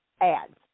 ads